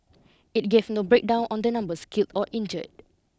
it gave no breakdown on the numbers killed or injured